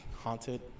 haunted